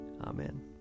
Amen